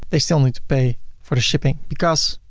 they still need to pay for the shipping because